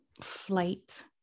flight